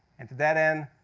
and to that end,